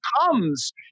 comes